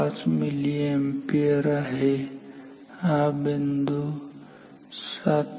5 milliampere आहे हा बिंदू 7